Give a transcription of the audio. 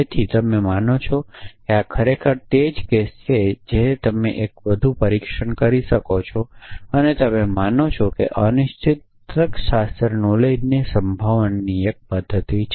તેથી તમે માનો છો કે આ ખરેખર તે જ કેસ છે તમે એક વધુ પરીક્ષણ કરી શકો છો અને તમે માનો છો કે અનિશ્ચિત તર્કશાસ્ત્ર નોલેજને સંભાળવાની એક પદ્ધતિ છે